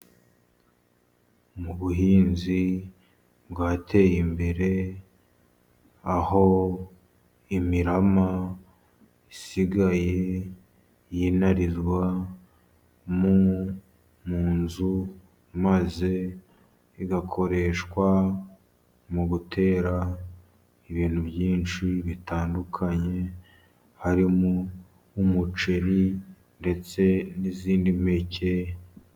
Mubuhinzi bwateye imbere, aho imirama isigaye yinarizwa munzu, maze igakoreshwa mu gutera ibintu byinshi bitandukanye, harimo umuceri ndetse n'izindi mpeke.